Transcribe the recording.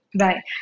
Right